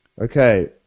Okay